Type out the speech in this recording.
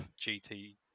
GT